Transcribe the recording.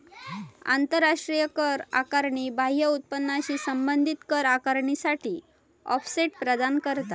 आंतराष्ट्रीय कर आकारणी बाह्य उत्पन्नाशी संबंधित कर आकारणीसाठी ऑफसेट प्रदान करता